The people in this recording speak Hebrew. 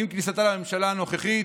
עם כניסתה לממשלה הנוכחית,